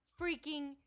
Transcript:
freaking